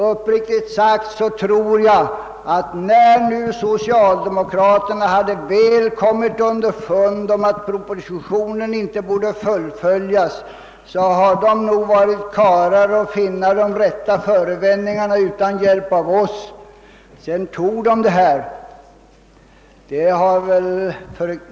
Uppriktigt sagt tror jag att när socialdemokraterna väl hade kommit underfund om att behandlingen av propositionen inte borde fullföljas, så var de nog karlar att finna de rätta förevändningarna utan hjälp av oss.